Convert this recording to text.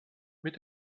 mit